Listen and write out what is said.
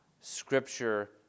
Scripture